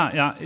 ja